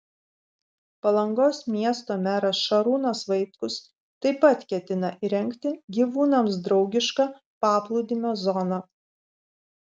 palangos miesto meras šarūnas vaitkus taip pat ketina įrengti gyvūnams draugišką paplūdimio zoną